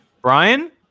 Brian